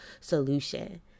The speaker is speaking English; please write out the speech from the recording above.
solution